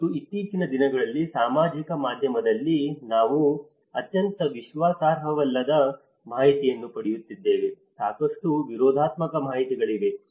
ಮತ್ತು ಇತ್ತೀಚಿನ ದಿನಗಳಲ್ಲಿ ಸಾಮಾಜಿಕ ಮಾಧ್ಯಮದಲ್ಲಿ ನಾವು ಅತ್ಯಂತ ವಿಶ್ವಾಸಾರ್ಹವಲ್ಲದ ಮಾಹಿತಿಯನ್ನು ಪಡೆಯುತ್ತಿದ್ದೇವೆ ಸಾಕಷ್ಟು ವಿರೋಧಾತ್ಮಕ ಮಾಹಿತಿಗಳಿವೆ